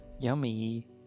Yummy